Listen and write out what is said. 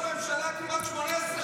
ראש ממשלה כמעט 18 שנים.